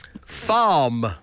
farm